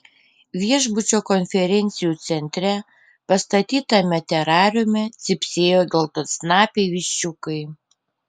viešbučio konferencijų centre pastatytame terariume cypsėjo geltonsnapiai viščiukai